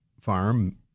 farm